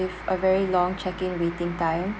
with a very long check in waiting time